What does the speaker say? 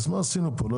אני